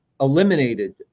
eliminated